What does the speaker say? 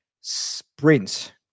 sprint